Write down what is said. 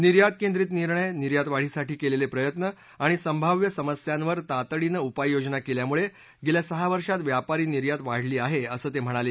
निर्यात केंद्रीत निर्णय निर्यात वाढीसाठी केलेले प्रयत्न आणि संभाव्य समस्यांवर तातडीनं उपाययोजना केल्यामुळे गेल्या सहा वर्षात व्यापारी निर्यात वाढली आहे असं ते म्हणाले